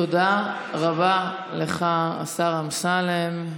תודה רבה לך, השר אמסלם.